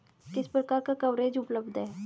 किस प्रकार का कवरेज उपलब्ध है?